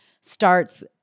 starts